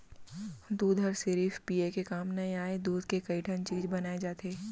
दूद हर सिरिफ पिये के काम नइ आय, दूद के कइ ठन चीज बनाए जाथे